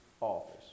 office